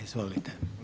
Izvolite.